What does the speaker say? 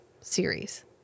series